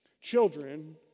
Children